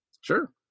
Sure